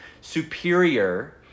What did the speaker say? superior